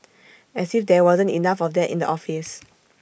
as if there wasn't enough of that in the office